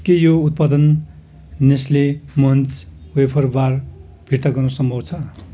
के यो उत्पादन नेस्ले मन्च वेफर बार फिर्ता गर्न सम्भव छ